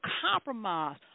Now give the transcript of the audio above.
compromise